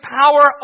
power